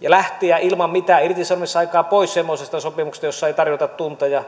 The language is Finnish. ja lähteä ilman mitään irtisanomisaikaa pois semmoisesta sopimuksesta jossa ei tarjota tunteja